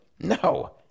No